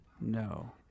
No